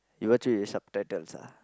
you watch it with subtitles ah